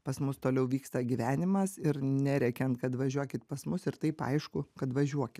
pas mus toliau vyksta gyvenimas ir nerėkiam kad važiuokit pas mus ir taip aišku kad važiuokit